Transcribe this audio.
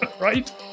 right